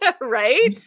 Right